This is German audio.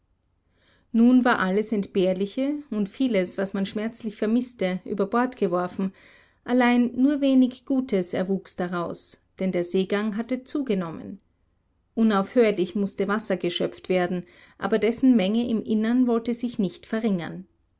nun war alles entbehrliche und vieles was man schmerzlich vermißte über bord geworfen allein nur wenig gutes erwuchs daraus denn der seegang hatte zugenommen unaufhörlich mußte wasser geschöpft werden aber dessen menge im innern wollte sich nicht verringern